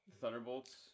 Thunderbolts